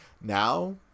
Now